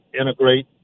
integrate